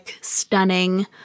stunning